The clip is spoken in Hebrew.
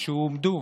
והועמדו